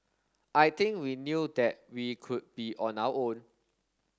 I think we knew that we could be on our own